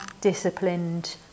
disciplined